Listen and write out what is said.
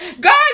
God